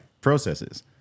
processes